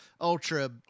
Ultra